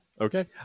Okay